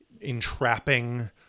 entrapping